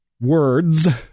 words